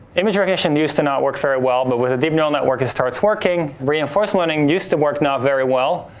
image recognition used to not work very well, but with a deep neural network, it starts working. reinforcement learning and used to work not very well,